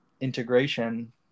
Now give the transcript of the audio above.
integration